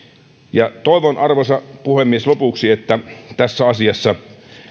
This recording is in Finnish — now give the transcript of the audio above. toivon arvoisa puhemies lopuksi että tässä asiassa